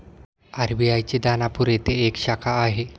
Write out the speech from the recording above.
RBI ची दानापूर येथे एक शाखा आहे